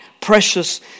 precious